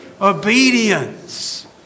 Obedience